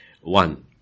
one